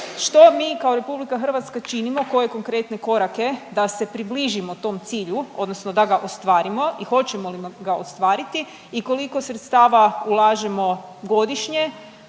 Što mi kao RH činimo, koje konkretne korake da se približimo tom cilju odnosno da ga ostvarimo i hoćemo li ga ostvariti i koliko sredstava ulažemo godišnje,